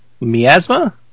Miasma